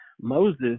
Moses